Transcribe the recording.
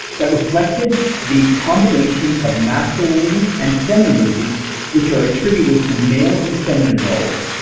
that reflected the combination of masculinity and femininity which are attributed to males in feminine roles,